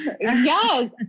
Yes